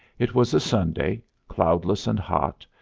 it was a sunday, cloudless and hot,